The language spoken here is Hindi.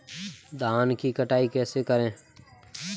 धान की कटाई कैसे करें?